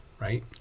right